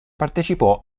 partecipò